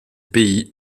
pays